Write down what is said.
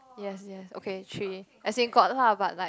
yes yes okay three as in got lah but like